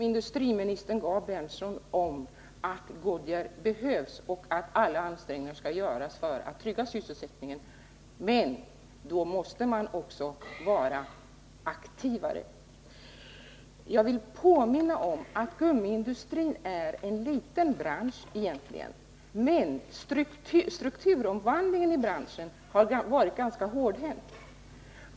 Fru talman! Jag tackar för det svar industriministern gav om att Goodyear behövs och att alla ansträngningar skall göras för att trygga sysselsättningen. Men då måste man också vara aktivare. Jag vill påminna om att gummiindustrin egentligen är en liten bransch. Men strukturomvandlingen i branschen har varit ganska hårdhänt.